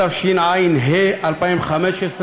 התשע"ה 2015,